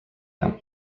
him